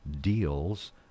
deals